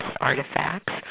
artifacts